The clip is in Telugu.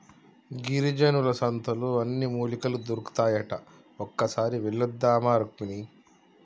గిరిజనుల సంతలో అన్ని మూలికలు దొరుకుతాయట ఒక్కసారి వెళ్ళివద్దామా రుక్మిణి